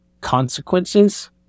consequences